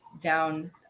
down